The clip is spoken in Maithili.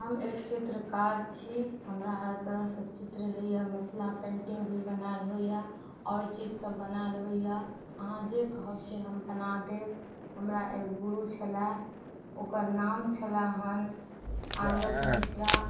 हम एक चित्रकार छी हमरा हर तरहके चित्र होइय मिथिला पेन्टिंग भी बनाएल होइया आओर चीज सब बनाएल होइया अहाँ जे कहब से हम बना देब हमरा एक गुरु छलय ओकर नाम छल हन आलोक मिश्रा